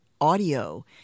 audio